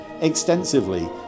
extensively